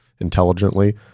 intelligently